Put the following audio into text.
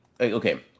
Okay